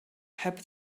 heb